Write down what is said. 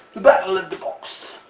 battle of the box!